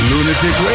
Lunatic